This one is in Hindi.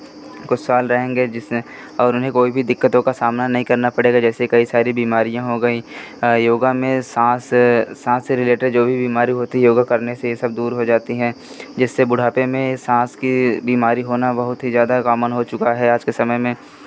कुछ साल रहेंगे जिससे और उन्हें कोई भी दिक्कतों का सामना नहीं करना पड़ेगा जैसे कई सारी बिमारियाँ हो गई योगा में सांस सांस से रिलेटेड जो भी बीमारी होती है योगा करने से ये सब दूर हो जाती हैं जिससे बुढ़ापे में सांस की बीमारी होना बहुत ही ज़्यादा कॉमन हो चुका है आज के समय में